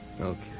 Okay